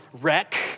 wreck